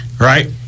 Right